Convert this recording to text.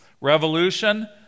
Revolution